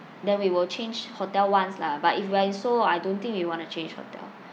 then we will change hotel once lah but if we are in seoul I don't think we want to change hotel